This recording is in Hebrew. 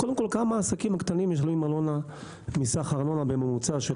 כמה עסקים קטנים משלמים ארנונה בממוצע,